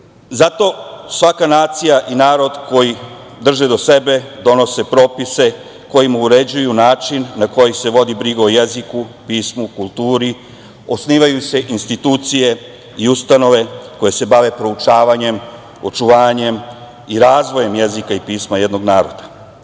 svaka nacija i narod koji drže do sebe donose propise kojima uređuju način na koji se vodi briga o jeziku, pismu, kulturi, osnivaju se institucije i ustanove koje se bave proučavanjem, očuvanjem i razvojem jezika i pisma jednog naroda. Srpski